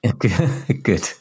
good